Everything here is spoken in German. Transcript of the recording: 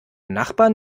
nachbarn